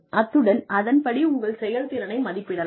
அத்துடன் அதன்படி உங்கள் செயல்திறனை மதிப்பிடலாம்